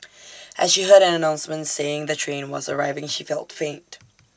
as she heard an announcement saying the train was arriving she felt faint